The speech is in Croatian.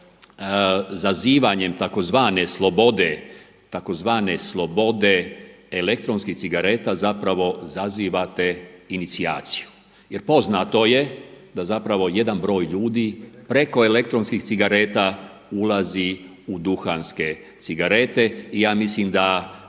zazivanjem tzv. slobode elektronskih cigareta zapravo zazivate inicijaciju. Jer poznato je da zapravo jedan broj ljudi preko elektronskih cigareta ulazi u duhanske cigarete. I ja mislim da